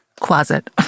closet